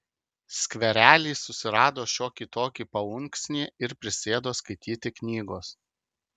skverely susirado šiokį tokį paunksnį ir prisėdo skaityti knygos